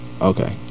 Okay